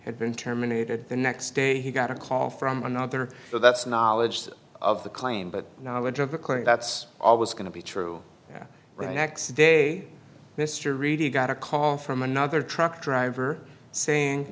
had been terminated the next day he got a call from another so that's knowledge of the claim but knowledge of the claim that's always going to be true when the next day mr reedy got a call from another truck driver saying